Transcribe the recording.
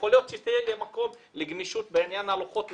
יכול להיות שיהיה מקום לגמישות בעניין לוחות הזמנים,